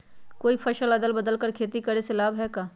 कोई फसल अदल बदल कर के खेती करे से लाभ है का?